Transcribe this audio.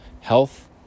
health